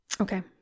Okay